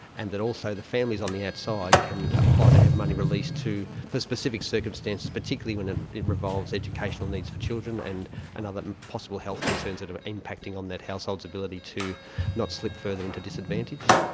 and that also the families on the outside can apply to have money released for specific circumstances, particularly when it involves educational needs for children and and other possible health concerns that are impacting on that household's ability to not slip further into disadvantage.